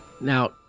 Now